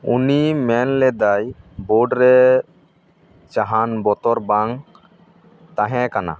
ᱩᱱᱤ ᱢᱮᱱ ᱞᱮᱫᱟᱭ ᱵᱳᱰᱨᱮ ᱡᱟᱦᱟᱱ ᱵᱚᱛᱚᱨ ᱵᱟᱝ ᱛᱟᱦᱮᱠᱟᱱᱟ